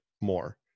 more